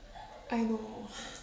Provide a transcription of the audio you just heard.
I know